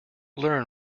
learn